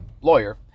lawyer